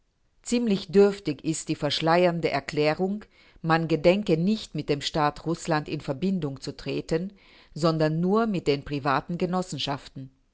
ziemlich dürftig ist die verschleiernde erklärung man gedenke nicht mit dem staat rußland in verbindung zu treten sondern nur mit den privaten genossenschaften